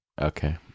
Okay